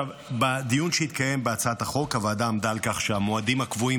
בדיון שהתקיים בהצעת החוק הוועדה עמדה על כך שהמועדים הקבועים